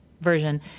version